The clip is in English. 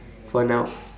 for now